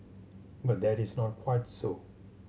but that is not quite so